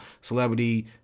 celebrity